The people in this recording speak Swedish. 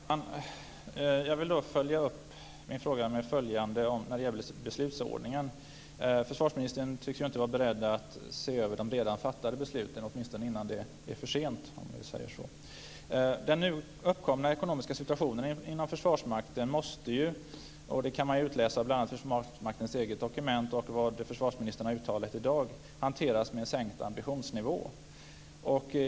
Fru talman! Jag vill följa upp min fråga när det gäller beslutsordningen. Försvarsministern tycks inte vara beredd att se över de redan fattade besluten innan det är för sent. Den nu uppkomna ekonomiska situationen inom Försvarsmakten måste - det kan man utläsa bl.a. av Försvarsmaktens eget dokument och av försvarsministerns uttalanden i dag - hanteras med sänkt ambitionsnivå.